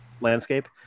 landscape